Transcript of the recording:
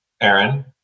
Aaron